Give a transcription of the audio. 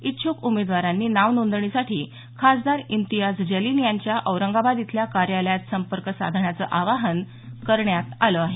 इच्छ्क उमदेवारांनी नाव नोंदणीसाठी खासदार इम्तियाज जलील यांच्या औरंगाबाद इथल्या कार्यालयात संपर्क साधण्याचं आवाहन करण्यात आलं आहे